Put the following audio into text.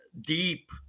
deep